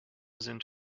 sind